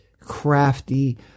crafty